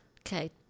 Okay